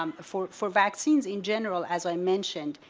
ah for for vaccines in general as i mentioned,